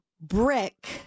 Brick